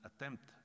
attempt